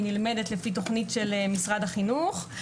היא נלמדת לפי תוכנית של משרד החינוך.